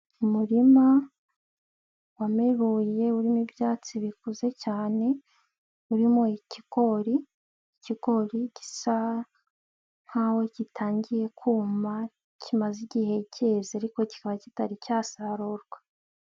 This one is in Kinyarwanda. Umurima wameruye urimo ibyatsi bikuze cyane, urimo ikigori, ikigori gisa nk'aho gitangiye kuma, kimaze igihe kize ariko kikaba kitari cyasarurwa.